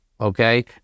okay